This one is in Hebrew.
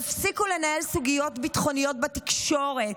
תפסיקו לנהל סוגיות ביטחוניות בתקשורת.